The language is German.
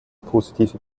positive